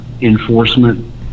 enforcement